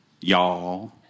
y'all